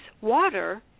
water